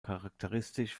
charakteristisch